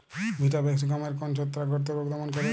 Vitavax গমের কোন ছত্রাক ঘটিত রোগ দমন করে?